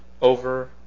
over